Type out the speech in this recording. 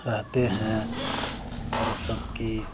رہتے ہیں اور سب کی